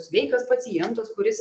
sveikas pacientas kuris